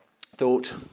thought